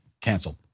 canceled